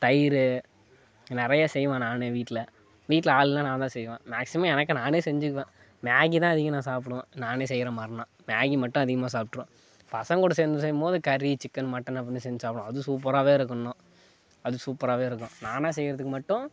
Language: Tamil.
தயிர் நிறையா செய்வேன் நான் வீட்டில் வீட்டில் ஆள் இல்லைனா நாந்தான் செய்வேன் மேக்சிமம் எனக்கு நானே செஞ்சுக்குவேன் மேகி தான் அதிகம் நான் சாப்பிடுவேன் நான் செய்கிற மாதிரினா மேகி மட்டும் அதிகமாக சாப்பிட்ருவேன் பசங்களோட சேர்ந்து செய்யும்போது கறி சிக்கன் மட்டன் அப்படின்னு செஞ்சு சாப்பிடுவேன் அது சூப்பரா இருக்கும் இன்னும் அது சூப்பரா இருக்கும் நானாக செய்கிறதுக்கு மட்டும்